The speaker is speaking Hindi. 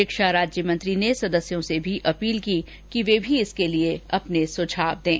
शिक्षा राज्यमंत्री ने सदस्यों से भी अपील की कि वे भी इसके लिए अपने सुझाव दें